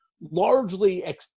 largely